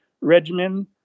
regimen